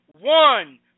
one